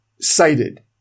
cited